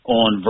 on